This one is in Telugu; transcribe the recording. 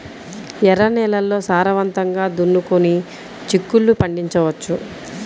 ఎర్ర నేలల్లో సారవంతంగా దున్నుకొని చిక్కుళ్ళు పండించవచ్చు